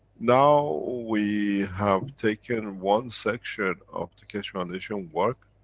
now, we have taken one section of the keshe foundation work,